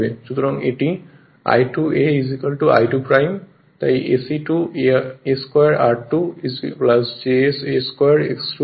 সুতরাং এটি I2 a I2 তাই SE2 a² r2 jsa² X2 হয়